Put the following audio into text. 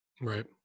right